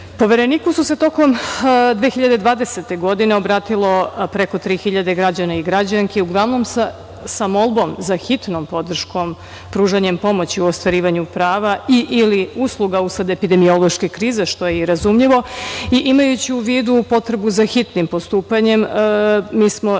Srbije. Povereniku se tokom 2020. godine obratilo preko 3.000 građana i građanki, uglavnom sa molbom za hitnom podrškom pružanjem pomoći u ostvarivanju prava i, ili usluga usled epidemiološke krize, što je i razumljivo. Imajući u vidu potrebu za hitnim postupanjem mi smo reagovali